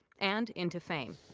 and into fame.